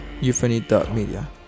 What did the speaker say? euphony.media